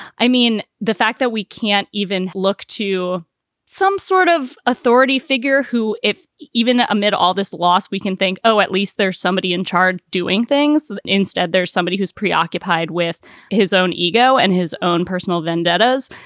i mean, the fact that we can't even look to some sort of authority figure who if even amid all this lost, we can think, oh, at least there's somebody in charge doing things. instead, there's somebody who's preoccupied with his own ego and his own personal vendettas.